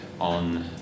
on